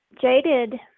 Jaded